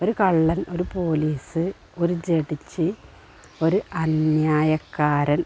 ഒരു കള്ളൻ ഒരു പോലീസ് ഒരു ജഡ്ജി ഒരു അന്ന്യായക്കാരൻ